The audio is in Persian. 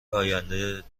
آینده